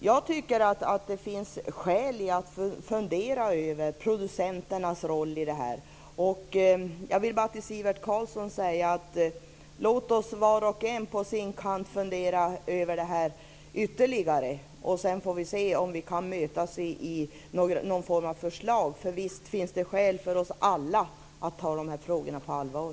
Jag tycker att det finns skäl att fundera över producenternas roll i det här. Jag vill bara till Sivert Carlsson säga: Låt oss var och en på sin kant fundera ytterligare över detta. Sedan får vi se om vi kan mötas i någon form av förslag. För visst finns det skäl för oss alla att ta de här frågorna på allvar.